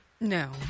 No